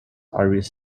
irish